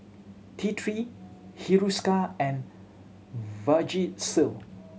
T Three Hiruscar and Vagisil